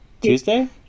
Tuesday